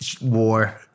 War